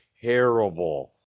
terrible